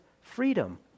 freedom